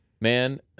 Man